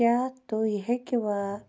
کیٛاہ تُہۍ ہیٚکوا